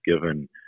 given